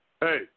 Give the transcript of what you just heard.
Hey